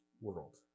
world